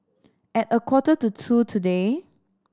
at a quarter to two today